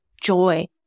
joy